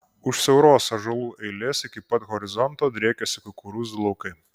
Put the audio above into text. už siauros ąžuolų eilės iki pat horizonto driekiasi kukurūzų laukai